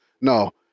No